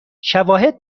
شواهد